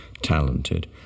talented